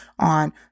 On